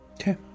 Okay